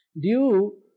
Due